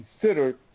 considered